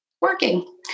working